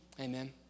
Amen